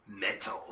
metal